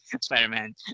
Spider-Man